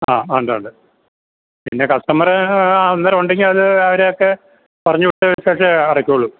ആ ഉണ്ട് ഉണ്ട് പിന്നെ കസ്റ്റമര് അന്നേരം ഉണ്ടെങ്കില് അത് അവരെയൊക്കെ പറഞ്ഞു വിട്ട ശേഷമേ അടയ്ക്കുകയുള്ളൂ